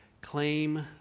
claim